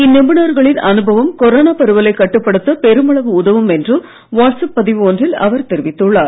இந்நிபுணர்களின் அனுபவம் கொரோனா பரவலை கட்டுப்படுத்த பெருமளவு உதவும் என்று வாட்ஸ்அப் பதிவு ஒன்றில் அவர் தெரிவித்துள்ளார்